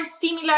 similar